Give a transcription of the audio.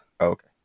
Okay